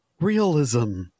Realism